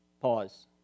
Pause